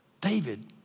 David